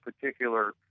particular